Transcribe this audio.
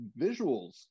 visuals